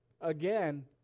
again